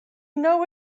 know